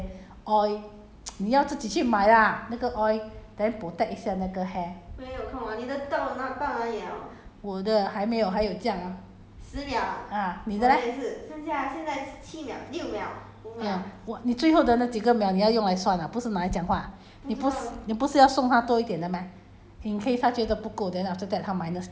hair treatment 下去 then after that dry liao hor 你要放一些 oil 你要自己去 lah 那个 oil then protect 一下那个 hair 我的还没有还有这样 ah uh 你的 leh mm 你最后的那几个秒你要用来算不是用来讲话你不是你不是要送他多一点的 meh